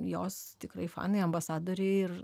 jos tikrai fanai ambasadoriai ir